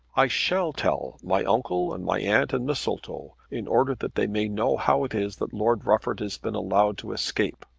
i shall tell my uncle and my aunt and mistletoe, in order that they may know how it is that lord rufford has been allowed to escape.